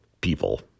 people